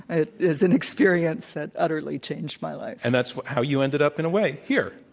it is an experience that utterly changed my life. and that's how you ended up in a way here.